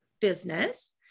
business